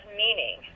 meaning